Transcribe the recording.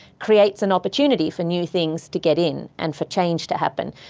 creates an opportunity for new things to get in and for change to happen,